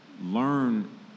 learn